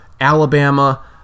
Alabama